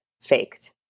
faked